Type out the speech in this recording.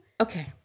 Okay